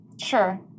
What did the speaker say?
Sure